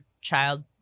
child